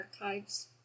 archives